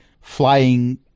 flying